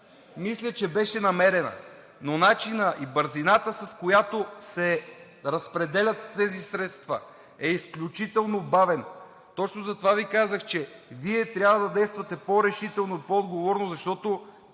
мисля, че беше намерена, но начинът и бързината, с която се разпределят тези средства, са изключително бавни. Точно затова Ви казах, че Вие трябва да действате по-решително, по-отговорно, защото,